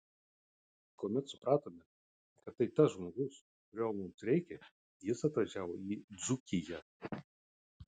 kuomet supratome kad tai tas žmogus kurio mums reikia jis atvažiavo į dzūkiją